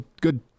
Good